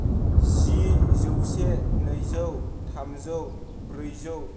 जि जौसे नैजौ थामजौ ब्रैजौ